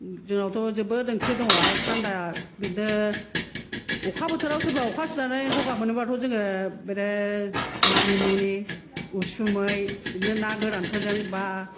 जोंनावथ' जोबोद ओंख्रि दङ आरो थान्दा बिदिनो अखा बोथोराव सोरबा अखा सिजानानै गगा मोनोबाथ' जोङो बिदिनो मानिमुनि उसुमै बिदिनो ना गोरानफोरजों एबा